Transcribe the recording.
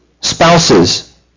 spouses